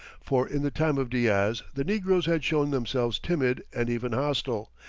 for in the time of diaz the negroes had shown themselves timid and even hostile,